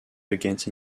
against